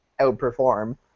outperform